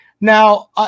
Now